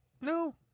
no